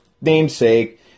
namesake